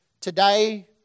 Today